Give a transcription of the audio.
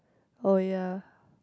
oh ya